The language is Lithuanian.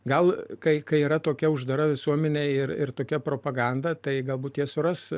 gal kai yra tokia uždara visuomenė ir ir tokia propaganda tai galbūt jie suras